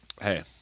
hey